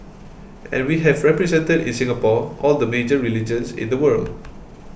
and we have represented in Singapore all the major religions in the world